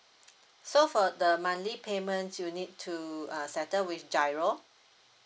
so for the monthly payments you need to uh settle with GIRO